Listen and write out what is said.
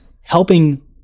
helping